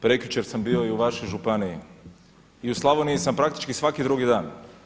Prekjučer sam bio i u vašoj županiji i u Slavoniji sam praktički svaki drugi dan.